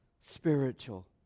spiritual